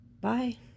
Bye